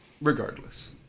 regardless